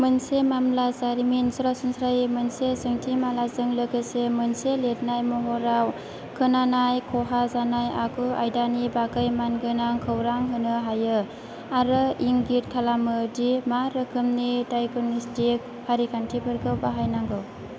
मोनसे मामला जारिमिन सरासनस्रायै मोनसे सोंथिमालाजों लोगोसे मोनसे लिरनाय महराव खोनानाय खहा जानाय आगु आयदानि बागै मानगोनां खौरां होनो हायो आरो इंगित खालामो दि मा रोखोमनि दायग'नस्टिक फारिखान्थिफोरखौ बाहायनांगौ